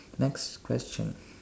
next question